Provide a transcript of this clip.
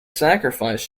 sacrifice